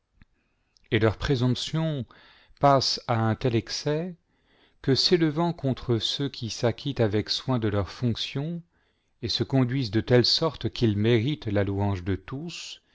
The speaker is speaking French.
et leur présomption passe à un tel excès que s'élevant contre ceux qui s'acquittent avec soin de leurs fonctions et se conduisent de telle sorte qu'ils méritent la louange de tous